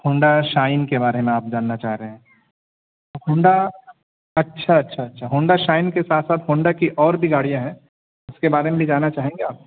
Honda shine کے بارے میں آپ جاننا چاہ رہے ہیں ہونڈا اچھا اچھا اچھا اچھا ہونڈا شائن کے ساتھ ساتھ ہونڈا کی اور بھی گاریاں ہیں اس کے بارے میں بھی جاننا چاہیں گے آپ